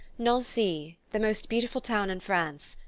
nancy, the most beautiful town in france,